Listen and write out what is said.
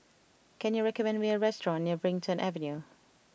can you recommend me a restaurant near Brighton Avenue